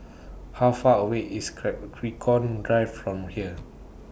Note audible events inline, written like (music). How Far away IS (unintelligible) Drive from here